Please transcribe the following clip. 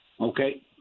Okay